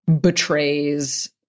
betrays